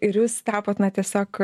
ir jūs tapot na tiesiog